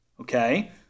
Okay